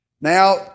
Now